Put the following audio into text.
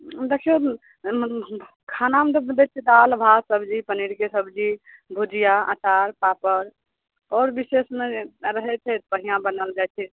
देखियौ खानामे तऽ दै छै दालि भात सब्जी पनीरके सब्जी भुजिया अचार पापड़ आओर विशेषमे रहै छै तऽ बढ़िऑं बनल जाइ छै